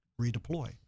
redeploy